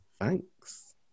thanks